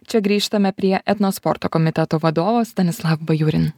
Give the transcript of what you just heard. čia grįžtame prie etno sporto komiteto vadovo stanislav bajurin